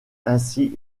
ainsi